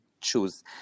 choose